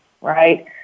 right